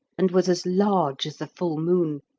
and was as large as the full moon.